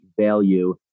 value